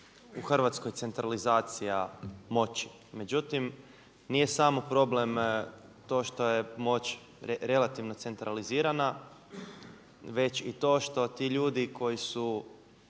u Hrvatskoj centralizacija moći. Međutim nije samo problem to što je moć relativno centralizirana već i to što ti ljudi koji su